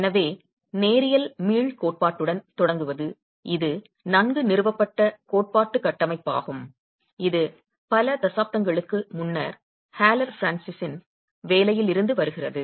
எனவே நேரியல் மீள் கோட்பாட்டுடன் தொடங்குவது இது நன்கு நிறுவப்பட்ட கோட்பாட்டு கட்டமைப்பாகும் இது பல தசாப்தங்களுக்கு முன்னர் ஹாலர் பிரான்சிஸின் வேலையில் இருந்து வருகிறது